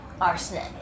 arsenic